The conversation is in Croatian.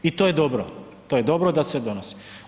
I to je dobro, to je dobro da se donosi.